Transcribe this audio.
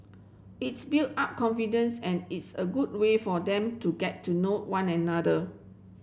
it's build up confidence and it's a good way for them to get to know one another